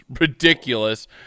ridiculous